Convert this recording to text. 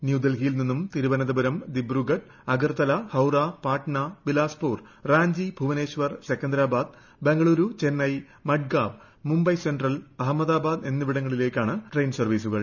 ന്യൂഡൽഹിയിൽ നിന്ന് തിരുവനന്തപുരം ദിബ്രുഗഡ് അഗർത്തല ഹൌറ പാട്ന ബിലാസ്പൂർ റാഞ്ചി ഭുവനേശ്വർ സെക്കന്തരാബാദ് ബംഗളൂരു ചെന്നെ മഡ്ഗാവ് മുംബൈ സെൻട്രൽ അഹമ്മദാബാദ് എന്നിവിടങ്ങളിലേക്കാണ് ട്രെയിൻ സർവ്വീസുകൾ